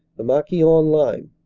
the marquion line.